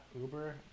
Uber